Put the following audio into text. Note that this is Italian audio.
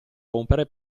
rompere